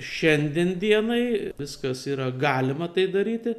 šiandien dienai viskas yra galima tai daryti